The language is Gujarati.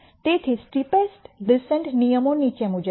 તેથી સ્ટીપેસ્ટ ડિસેન્ટ નિયમો નીચે મુજબ છે